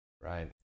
right